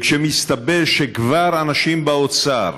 וכשמסתבר שכבר אנשים באוצר